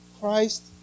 Christ